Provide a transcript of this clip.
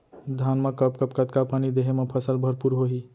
धान मा कब कब कतका पानी देहे मा फसल भरपूर होही?